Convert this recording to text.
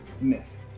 miss